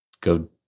go